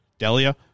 Delia